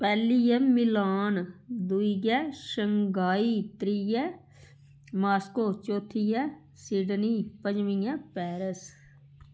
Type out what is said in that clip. पैह्ली ऐ मिलान दुई ऐ शंगाई त्री ऐ मास्को चौथी ऐ सिडनी पंजमी ऐ पेरिस